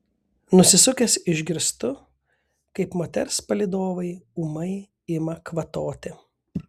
nusisukęs išgirstu kaip moters palydovai ūmai ima kvatoti